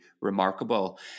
remarkable